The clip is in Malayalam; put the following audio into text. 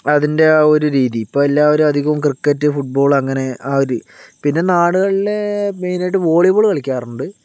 അതിൻ്റെ ആ ഒരു രീതി ഇപ്പോൾ എല്ലാവരും അധികവും ക്രിക്കറ്റ് ഫുട്ബോൾ അങ്ങനെ ആ ഒരു പിന്നെ നാടുകളിൽ മെയിനായിട്ട് വോളിബോൾ കളിക്കാറുണ്ട്